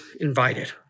invited